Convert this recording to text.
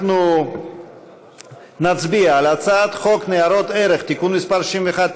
אנחנו נצביע על הצעת חוק ניירות ערך (תיקון מס' 61),